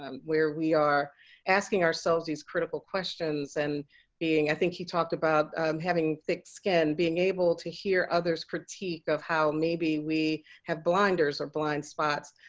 um where we are asking ourselves these critical questions and being i think he talked about having thick skin. being able to hear others' critiques of how we have blinders or blind spots.